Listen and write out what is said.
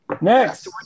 Next